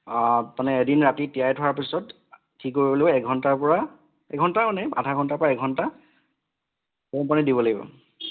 মানে এদিন ৰাতি তিয়াই থোৱাৰ পিছত কি কৰিলোঁ এঘণ্টাৰ পৰা এঘণ্টা মানে আধা ঘণ্টাৰ পৰা এঘণ্টা গৰম পানীত দিব লাগিব